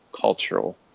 cultural